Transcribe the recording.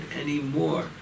anymore